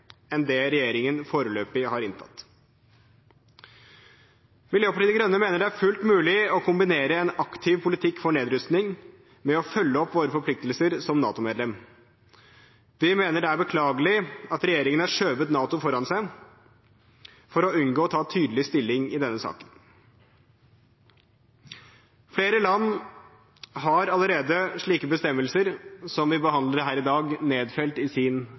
enn det regjeringen foreløpig har inntatt. Miljøpartiet De Grønne mener det er fullt mulig å kombinere en aktiv politikk for nedrustning med å følge opp våre forpliktelser som NATO-medlem. Vi mener det er beklagelig at regjeringen har skjøvet NATO foran seg for å unngå å ta tydelig stilling i denne saken. Flere land har allerede slike bestemmelser som vi behandler her i dag, nedfelt i sin